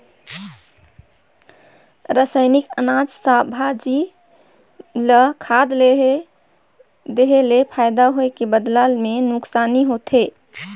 रसइनिक अनाज, सब्जी, भाजी ल खाद ले देहे ले फायदा होए के बदला मे नूकसानी होथे